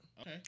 Okay